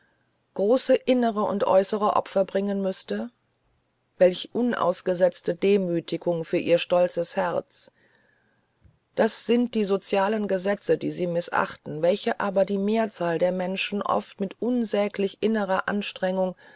große innere und äußere opfer bringen müßte welch unausgesetzte demütigung für ihr stolzes herz das sind die sozialen gesetze die sie mißachten welche aber die mehrzahl der menschen oft mit unsäglich innerer anstrengung